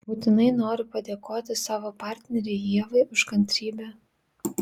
būtinai noriu padėkoti savo partnerei ievai už kantrybę